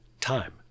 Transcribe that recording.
time